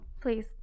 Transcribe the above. please